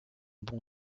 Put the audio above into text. bon